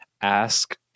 asked